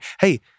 hey